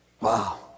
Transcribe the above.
Wow